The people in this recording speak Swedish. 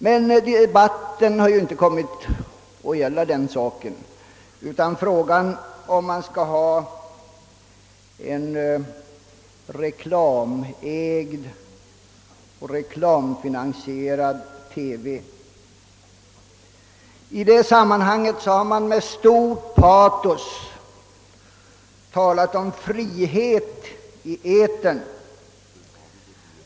Men debatten här har inte kommit att gälla den saken utan frågan huruvida vi skall ha en reklamägd och reklamfinansierad TV eller inte. Och då har det med stort patos talats om fri het i etern.